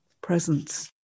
presence